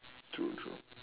true true